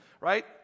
right